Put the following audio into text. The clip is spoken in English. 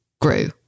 grew